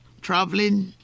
traveling